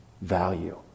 value